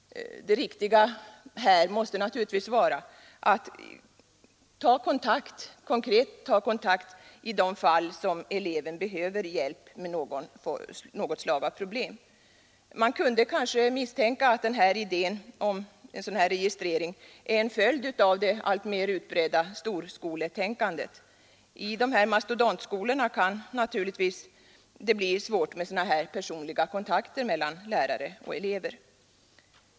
Det riktiga måste naturligtvis vara att konkret ta kontakt i de fall där eleven behöver hjälp med något slag av problem. Man kunde kanske misstänka att idén om en registrering av detta slag är en följd av det alltmer utbredda storskoletänkandet. I de mastodontskolor som finns kan det naturligtvis bli svårt med personliga kontakter mellan lärare och elever.